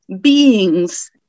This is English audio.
beings